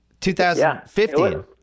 2015